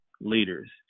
leaders